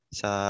sa